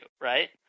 right